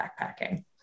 backpacking